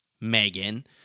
Megan